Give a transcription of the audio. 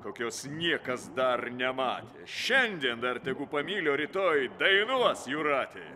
kokios niekas dar nematė šiandien dar tegu pamyli o rytoj dainuos jūratė